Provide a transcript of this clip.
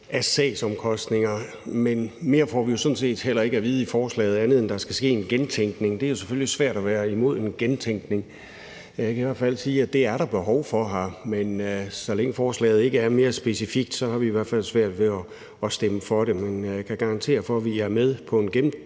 af sagsomkostninger, men mere får vi heller ikke at vide i forslaget, andet end at der skal ske en gentænkning. Det er jo selvfølgelig lidt svært at være imod en gentænkning. Jeg kan i hvert fald sige, at det er der behov for, men så længe forslaget ikke er mere specifikt, har vi i hvert fald svært ved at stemme for det. Men jeg kan garantere for, at vi er med på en gentænkning.